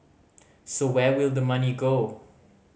so where will the money go